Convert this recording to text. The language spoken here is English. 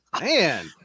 Man